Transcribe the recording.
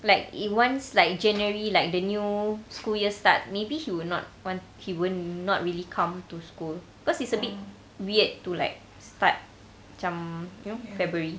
like if once like january like the new school year start maybe he will not want he will not really come to school because it's a bit weird to like start macam you know february